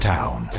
Town